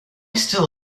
still